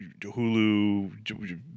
hulu